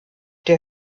der